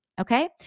okay